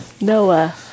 Noah